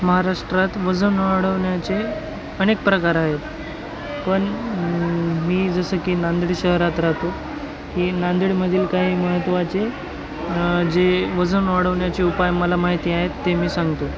महाराष्ट्रात वजन वाढवण्याचे अनेक प्रकार आहेत पण मी जसं की नांदेड शहरात राहतो की नांदेडमधील काही महत्त्वाचे जे वजन वाढवण्याचे उपाय मला माहिती आहेत ते मी सांगतो